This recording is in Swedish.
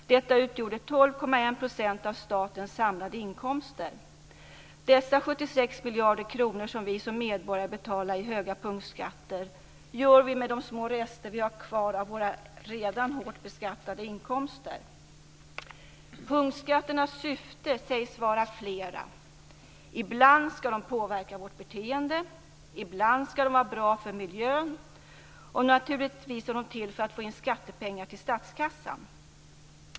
Detta utgjorde 12,1 % av statens samlade inkomster. Dessa 76 miljarder kronor som vi som medborgare betalar i höga punktskatter gör vi med de små rester vi har kvar av våra redan hårt beskattade inkomster. Punktskatternas syften sägs vara flera. Ibland ska de påverka vårt beteende, ibland ska de vara bra för miljön och naturligtvis är de till för att få in skattepengar till statskassan.